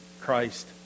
Christ